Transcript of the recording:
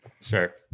Sure